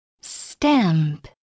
Stamp